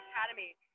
Academy